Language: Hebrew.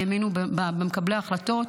האמינו במקבלי ההחלטות,